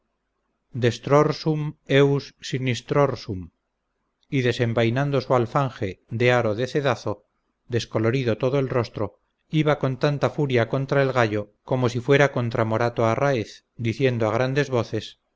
destrorsum heus sinistrorsum y desenvainando su alfanje de aro de cedazo descolorido todo el rostro iba con tanta furia contra el gallo como si fuera contra morato arráez diciendo a grandes voces